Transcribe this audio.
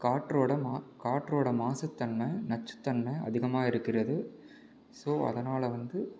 காற்றோட மா காற்றோட மாசுத்தன்மை நச்சுதன்மை அதிகமாக இருக்கிறது ஸோ அதனால் வந்து